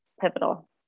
pivotal